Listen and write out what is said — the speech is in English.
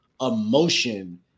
emotion